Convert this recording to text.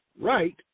right